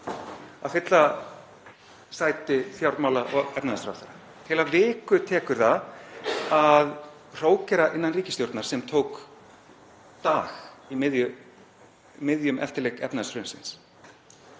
að fylla sæti fjármála- og efnahagsráðherra. Heila viku tekur það að hrókera innan ríkisstjórnar sem tók dag í miðjum eftirleik efnahagshrunsins.